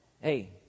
hey